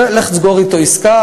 ולך סגור אתו עסקה.